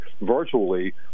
virtually